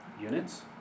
units